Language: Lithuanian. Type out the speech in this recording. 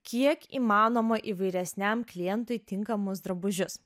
kiek įmanoma įvairesniam klientui tinkamus drabužius